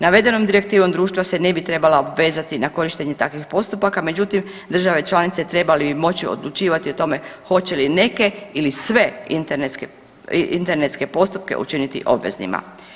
Navedenom direktivom društva se ne bi trebala obvezati na korištenje takvih postupaka, međutim države članice trebale bi moći odlučivati o tome hoće li neke ili sve internetske postupke učiniti obveznima.